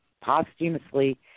posthumously